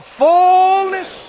fullness